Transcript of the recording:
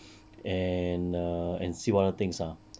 and err and see what other things lah